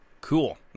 Cool